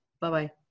Bye-bye